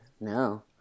no